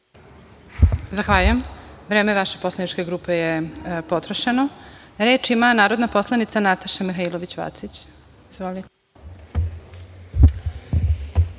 Zahvaljujem. Vreme vaše poslaničke grupe je potrošeno. Reč ima narodna poslanica Nataša Mihailović Vacić. Izvolite.